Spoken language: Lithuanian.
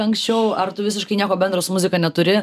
anksčiau ar tu visiškai nieko bendro su muzika neturi